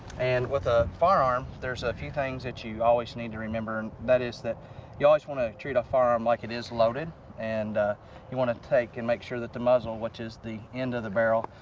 and with a firearm, there's a few things that you always need to remember and that is that you always want to treat a firearm like it is loaded and you want to take and make sure that the muzzle, which is the end of the barrel,